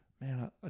man